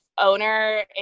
owner